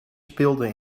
speelden